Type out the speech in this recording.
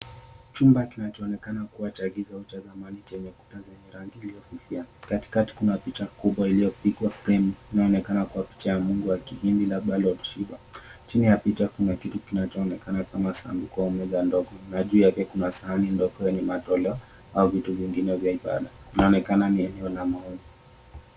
Chumba kinachoonekana kuwa cha giza au zamani chenye kuta zenye rangi iliyofifia katikati kuna picha kubwa iliyopigwa fremu inaonekana kuwa picha ya Mungu ya kihindi labda Lord Shiva, chini ya picha kuna kitu kinachoonekana kama sanduku au meza ndogo juu yake kuna sahani ndogo yenye matoleo au vitu vingine vya ibada inaoonekana ni eneo la maombi.